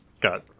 got